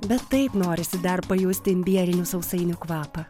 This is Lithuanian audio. bet taip norisi dar pajusti imbierinių sausainių kvapą